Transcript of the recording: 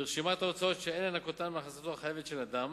לרשימת ההוצאות שאין לנכותן מהכנסתו החייבת של אדם,